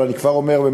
אבל אני כבר אומר,